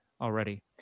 already